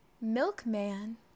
Milkman